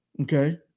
Okay